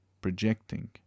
projecting